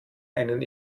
einen